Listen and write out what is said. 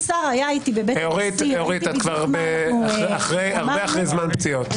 אורית, את הרבה אחרי זמן פציעות.